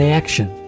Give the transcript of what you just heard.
action